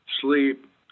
sleep